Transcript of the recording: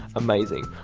amazing.